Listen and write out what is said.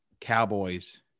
Cowboys